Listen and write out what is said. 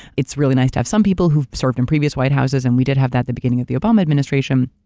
it's really nice to have some people who served in previous white houses and we did have that at the beginning of the obama administration.